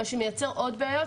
מה שמייצר עוד בעיות.